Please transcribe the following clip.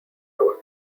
road